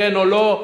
כן או לא?